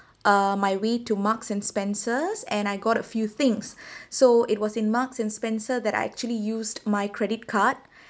uh my way to marks and spencer and I got few things so it was in marks and spencer that I actually used my credit card